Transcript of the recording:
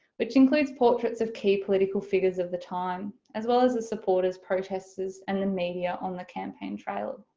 which includes portraits of key political figures of the time. as well as the supporters, protesters and the media on the campaign trail. a